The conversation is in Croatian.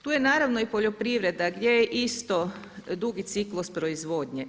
Tu je naravno i poljoprivreda gdje je isto dugi ciklus proizvodnje.